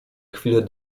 chwilę